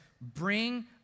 bring